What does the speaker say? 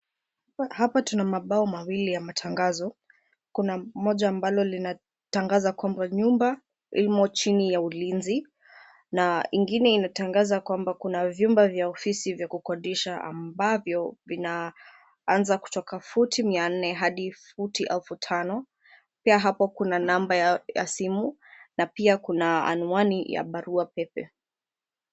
Hapo tuna mabao mawili ya matangazo. Kuna moja ambalo linatangaza kwamba nyumba imo chini ya ulinzi na ingine inatangaza kwamba kuna vyumba vya ofisi vya kukodisha ambavyo vinaanza kutoka futi mia nne hadi elfu tano. Pia hapo kuna namba ya simu na pia kuna anwani ya barua pepe.